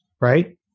right